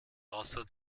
außer